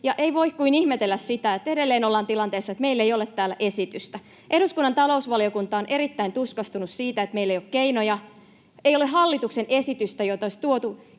ei voi kuin ihmetellä sitä, että edelleen ollaan tilanteessa, että meillä ei ole täällä esitystä. Eduskunnan talousvaliokunta on erittäin tuskastunut siitä, että meillä ei ole keinoja. Ei ole hallituksen esitystä, joka olisi tuotu